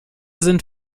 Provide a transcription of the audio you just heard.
sind